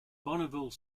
bonneville